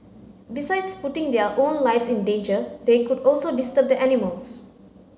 besides putting their own lives in danger they could also disturb the animals